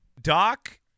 Doc